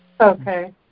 Okay